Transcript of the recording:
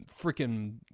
freaking